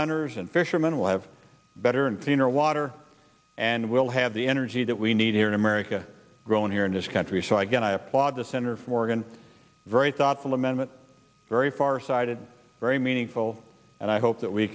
hunters and fishermen will have better and cleaner water and we'll have the energy that we need here in america growing here in this country so i get i applaud the center for going to very thoughtful amendment very farsighted very meaningful and i hope that we